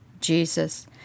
Jesus